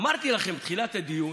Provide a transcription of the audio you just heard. אמרתי לכם בתחילת הדיון,